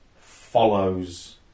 follows